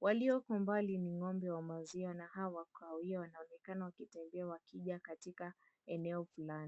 Walio kwa mbali ni ng'ombe wa maziwa na hawa wa kahawia wanaonekana wakitengewa wakija katika eneo fulani.